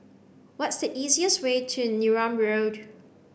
what's the easiest way to Neram Road